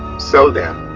so then,